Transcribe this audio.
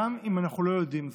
גם אם אנחנו לא יודעים זאת.